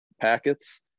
packets